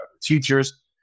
teachers